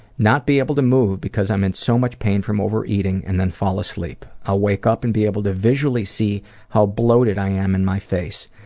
not be able to move because i'm in so much pain from overeating, and then fall asleep. i'll wake up and be able to visually see how bloated i am in my face.